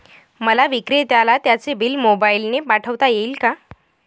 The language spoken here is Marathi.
मला विक्रेत्याला त्याचे बिल मोबाईलने पाठवता येईल का?